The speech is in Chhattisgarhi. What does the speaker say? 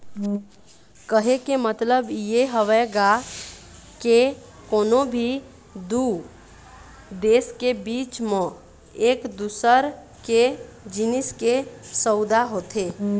कहे के मतलब ये हवय गा के कोनो भी दू देश के बीच म एक दूसर के जिनिस के सउदा होथे